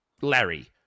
Larry